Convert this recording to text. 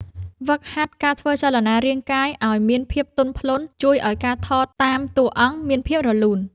ហ្វឹកហាត់ការធ្វើចលនារាងកាយឱ្យមានភាពទន់ភ្លន់ជួយឱ្យការថតតាមតួអង្គមានភាពរលូន។